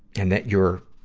and that you're